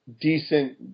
decent